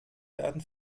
werden